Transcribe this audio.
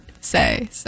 say